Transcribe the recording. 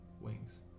wings